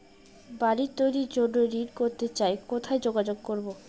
বাড়ি তৈরির জন্য ঋণ করতে চাই কোথায় যোগাযোগ করবো?